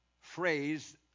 phrase